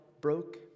broke